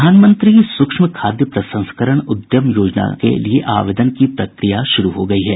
प्रधानमंत्री सूक्ष्म खाद्य प्रसंस्करण उद्यम उन्नयन योजना के लिए आवेदन की प्रक्रिया शुरू हो गयी है